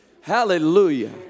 hallelujah